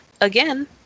again